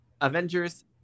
Avengers